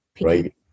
Right